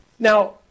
Now